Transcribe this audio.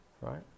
Right